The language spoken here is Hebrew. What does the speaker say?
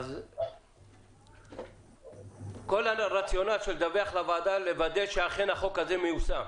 אז כל הרציונל לדווח לוועדה הוא לוודא שהחוק הזה אכן מיושם.